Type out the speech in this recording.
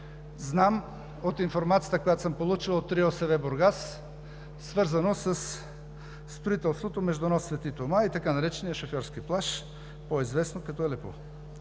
знам от информацията, която съм получил от РИОСВ – Бургас, свързано със строителството между нос Свети Тома и така наречения шофьорски плаж, по известен като Алепу.